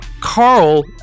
Carl